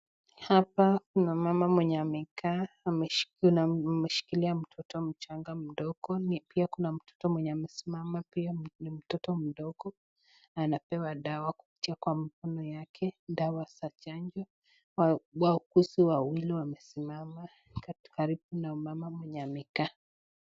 Hapa kuna mama mwenye amekaa, ameshikilia mtoto mchanga mdogo, pia kuna mtoto mwenye amesimama, pia ni mtoto mdogo anapewa dawa kupitia kwa mdomo wake, dawa ya chanjo. Wauguzi wawili wamesimama karibu na mama mwenye amekaa.